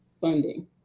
funding